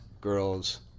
girls